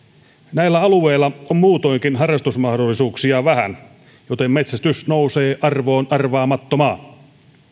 näillä alueilla on muutoinkin harrastusmahdollisuuksia vähän joten metsästys nousee arvoon arvaamattomaan